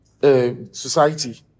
society